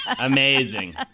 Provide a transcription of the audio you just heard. Amazing